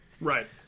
Right